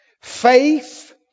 Faith